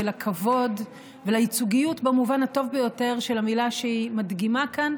לכבוד ולייצוגיות במובן הטוב ביותר של המילה שהיא מדגימה כאן.